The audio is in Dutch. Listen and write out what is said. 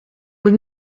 moet